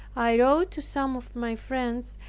i wrote to some of my friends,